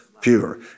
pure